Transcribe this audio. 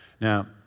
Now